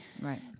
right